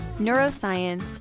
neuroscience